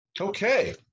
okay